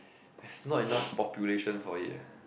it's not enough population for it eh